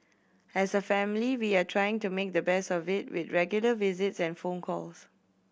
as a family we are trying to make the best of it with regular visits and phone calls